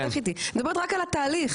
אני מדברת רק על התהליך,